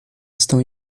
estão